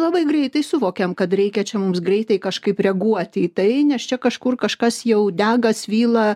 labai greitai suvokiam kad reikia čia mums greitai kažkaip reaguoti į tai nes čia kažkur kažkas jau dega svyla